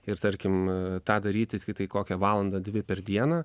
ir tarkim tą daryti tiktai kokią valandą dvi per dieną